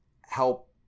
help